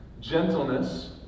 gentleness